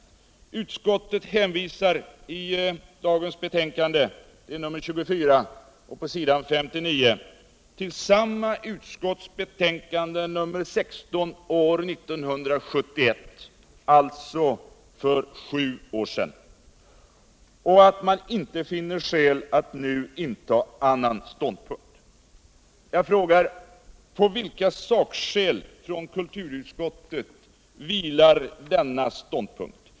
Utskottet hänvisar i dagens betänkande, nr 24 §. 59. till samma utskotts betänkande nr 16 år 1971 — det är alltså sju år sedan det skrevs - och skriver att man inte finner skäl att nu inta annan ståndpunkt. Jag frågar: På vilka sakskäl från kulturutskottet vilar denna ståndpunkt?